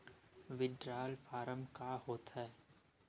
withdrawal form का होथेय